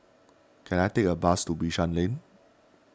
can I take a bus to Bishan Lane